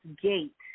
Gate